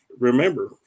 Remember